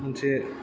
मोनसे